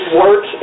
work